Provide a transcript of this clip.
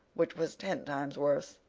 which was ten times worse.